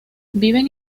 viven